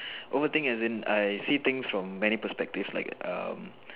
overthink as in I see things from many perspectives like um